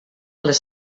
les